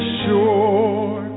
sure